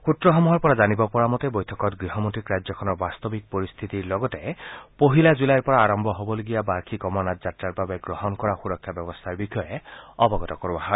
সূত্ৰসমূহৰ পৰা জানিব পৰামতে বৈঠকত গৃহমন্ত্ৰীক ৰাজ্যখনৰ বাস্তৱিক পৰিস্থিতিৰ লগতে পহিলা জুলাইৰ পৰা আৰম্ভ হবলগীয়া বাৰ্ষিক অমৰনাথ যাত্ৰাৰ বাবে গ্ৰহণ কৰা সুৰক্ষা ব্যৱস্থাৰ বিষয়ে অৱগত কৰা হয়